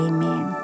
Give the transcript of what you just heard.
Amen